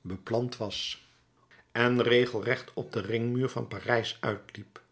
beplant was en regelrecht op den ringmuur van parijs uitliep